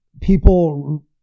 people